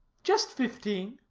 just fifteen.